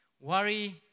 worry